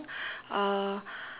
uh